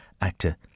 actor